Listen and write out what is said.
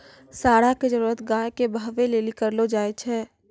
साँड़ा के जरुरत गाय के बहबै लेली करलो जाय छै